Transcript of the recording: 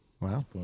Wow